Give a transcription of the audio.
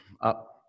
up